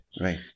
right